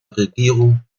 regierung